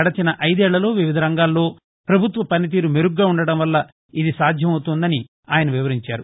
గడచిన అయిదేళ్ళలో వివిధ రంగాల్లో ప్రభుత్వ పనితీరు మెరుగ్గా ఉండడం వల్ల ఇది సాధ్యమపుతుందని ఆయన వివరించారు